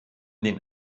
den